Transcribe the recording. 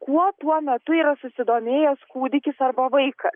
kuo tuo metu yra susidomėjęs kūdikis arba vaikas